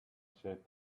said